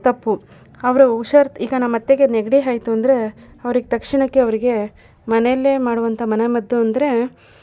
ತಪ್ಪು ಅವರು ಹುಷಾರು ಈಗ ನಮ್ಮ ಅತ್ತೆಗೆ ನೆಗಡಿ ಆಯ್ತು ಅಂದರೆ ಅವ್ರಿಗೆ ತಕ್ಷಣಕ್ಕೆ ಅವರಿಗೆ ಮನೆಯಲ್ಲೇ ಮಾಡುವಂಥ ಮನೆ ಮದ್ದು ಅಂದರೆ